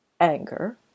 anger